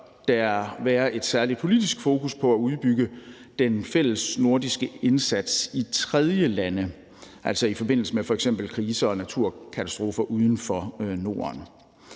der være et særligt politisk fokus på at udbygge den fællesnordiske indsats i tredjelande, altså i forbindelse med f.eks. kriser og naturkatastrofer uden for Norden.